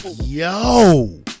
yo